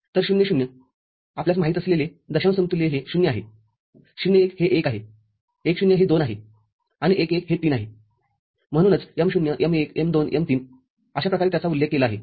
तर ० ० आपल्यास माहीत असलेले दशांश समतुल्य हे 0 आहे ०१ हे १ आहे १ ० हे २ आहे आणि १ १ हे ३ आहेम्हणूनच m0 m१ m२ m३ अशा प्रकारे त्याचा उल्लेख केला आहे